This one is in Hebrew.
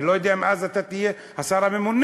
אני לא יודע אם אז אתה תהיה השר הממונה,